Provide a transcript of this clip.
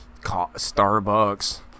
Starbucks